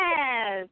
Yes